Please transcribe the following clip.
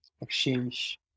exchange